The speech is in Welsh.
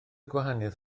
gwahaniaeth